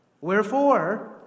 Wherefore